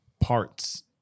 parts